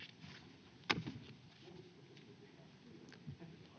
Kiitos.